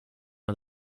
man